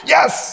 Yes